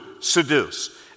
seduce